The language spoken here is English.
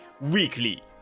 weekly